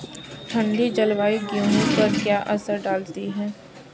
ठंडी जलवायु गेहूँ पर क्या असर डालती है?